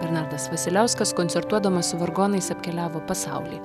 bernardas vasiliauskas koncertuodamas vargonais apkeliavo pasaulį